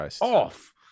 off